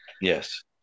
Yes